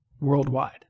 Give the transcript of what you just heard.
worldwide